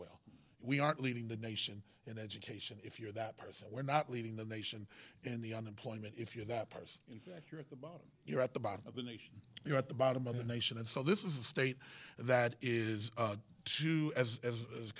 well we aren't leading the nation in education if you're that person we're not leading the nation and the unemployment if you're that person that you're at the bottom you're at the bottom of the nation you're at the bottom of the nation and so this is a state that is to as as